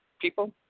people